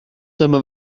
dyma